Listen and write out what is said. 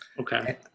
Okay